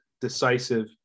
decisive